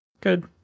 Good